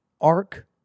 arc